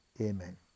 Amen